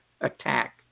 attack